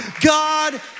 God